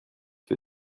für